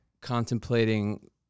contemplating